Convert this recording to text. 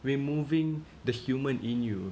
removing the human in you